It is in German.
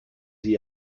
sie